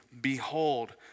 Behold